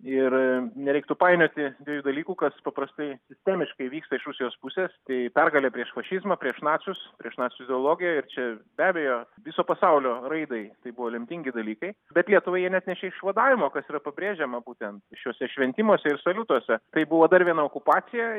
ir nereiktų painioti dviejų dalykų kas paprastai sistemiškai vyksta iš rusijos pusės tai pergalė prieš fašizmą prieš nacius prieš nacių ideologiją ir čia be abejo viso pasaulio raidai tai buvo lemtingi dalykai bet lietuvai jie neatnešė išvadavimo kas yra pabrėžiama būtent šiuose šventimuose ir saliutuose tai buvo dar viena okupacija